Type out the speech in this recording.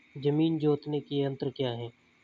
जमीन जोतने के यंत्र क्या क्या हैं?